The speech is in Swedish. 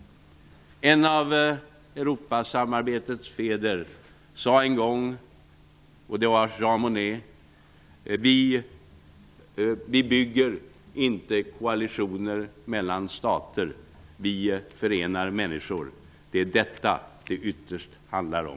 En av Europasamarbetets fäder -- och det var Jean Monnet -- sade en gång att vi bygger inte koalitioner mellan stater utan vi förenar människor. Det är detta som det ytterst handlar om.